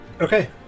Okay